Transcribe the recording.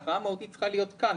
ההכרעה המהותית צריכה להיות כאן.